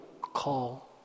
call